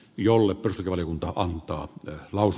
joululle pr valiokunta antaa claus